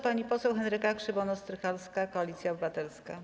Pani poseł Henryka Krzywonos-Strycharska, Koalicja Obywatelska.